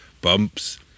bumps